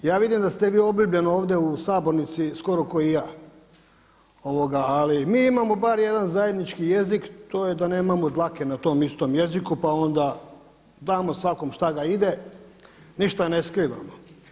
Ja vidim da ste vi obljubljen ovdje u sabornici skor kao i ja, ali mi imamo bar jedan zajednički jezi, to je da nemamo dlake na tom istom jeziku pa onda damo svakom šta ga ide, ništa ne skrivamo.